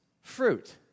fruit